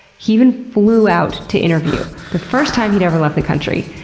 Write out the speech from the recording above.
he even flew out to interview the first time he'd ever left the country.